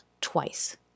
twice